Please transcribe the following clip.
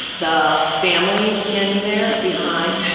the family was standing there behind,